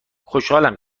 خوشحالم